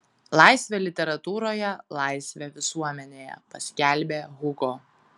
laisvė literatūroje laisvė visuomenėje paskelbė hugo